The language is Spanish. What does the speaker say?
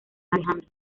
alejandro